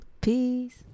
Peace